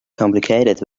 complicated